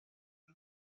com